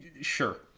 Sure